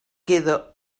queda